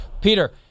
Peter